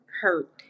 hurt